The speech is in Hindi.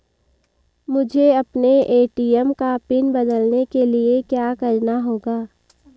मुझे अपने ए.टी.एम का पिन बदलने के लिए क्या करना होगा?